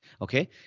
okay